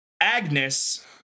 Agnes